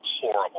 horrible